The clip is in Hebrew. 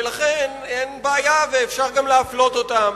ולכן אין בעיה ואפשר גם להפלות אותם.